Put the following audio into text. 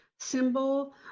Symbol